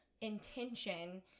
intention